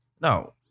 Now